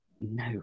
no